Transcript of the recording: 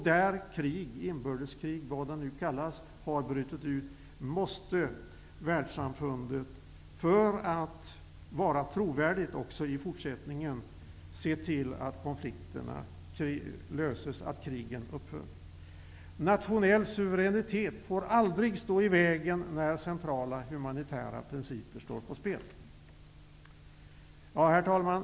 Där krig och inbördeskrig har brutit ut måste världssamfundet se till att konflikterna löses och krigen upphör för att vara trovärdigt också i fortsättningen. Nationell suveränitet får aldrig stå i vägen när centrala humanitära principer står på spel. Herr talman!